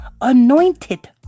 anointed